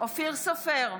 אופיר סופר,